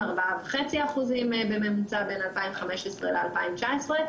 4.5% בממוצע בין 2015-2019,